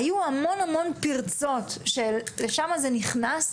היו המון פרצות שלשם זה נכנס,